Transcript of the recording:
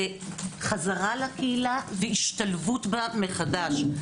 זה חזרה לקהילה והשתלבות בה מחדש.